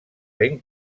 ben